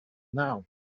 now